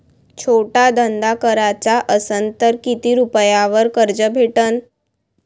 छोटा धंदा कराचा असन तर किती रुप्यावर कर्ज भेटन?